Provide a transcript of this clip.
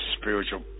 spiritual